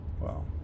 Wow